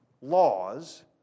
laws